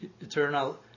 eternal